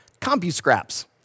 compu-scraps